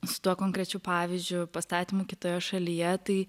su tuo konkrečiu pavyzdžiu pastatymu kitoje šalyje tai